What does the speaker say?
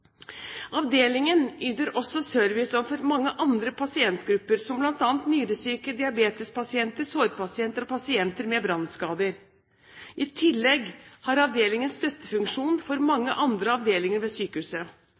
Avdelingen yter også service overfor mange andre pasientgrupper, som bl.a. nyresyke, diabetespasienter, sårpasienter og pasienter med brannskader. I tillegg har avdelingen støttefunksjon for mange andre avdelinger ved sykehuset.